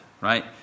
right